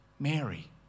Mary